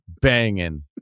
banging